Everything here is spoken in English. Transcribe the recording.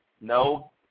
no